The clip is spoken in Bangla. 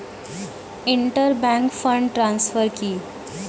ইন্টার ব্যাংক ফান্ড ট্রান্সফার কি?